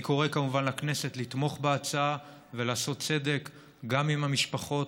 אני קורא כמובן לכנסת לתמוך בהצעה ולעשות צדק גם עם המשפחות,